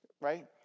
right